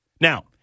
Now